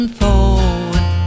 forward